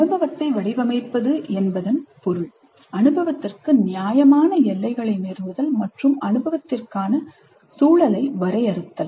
அனுபவத்தை வடிவமைப்பது என்பதன் பொருள் அனுபவத்திற்கு நியாயமான எல்லைகளை நிறுவுதல் மற்றும் அனுபவத்திற்கான சூழலை வரையறுத்தல்